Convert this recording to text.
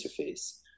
interface